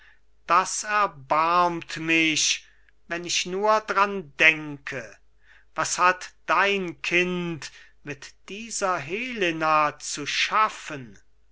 das erbarmt mich wenn ich nur dran denke was hat das kind mit dieser helena zu schaffen